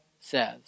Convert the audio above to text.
says